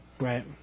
right